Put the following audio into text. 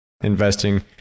investing